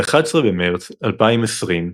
ב-11 במרץ 2020,